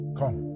come